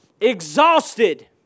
exhausted